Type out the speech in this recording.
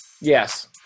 Yes